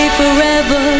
forever